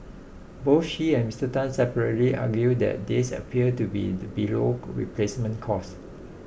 both she and Mr Tan separately argued that this appears to be to below replacement cost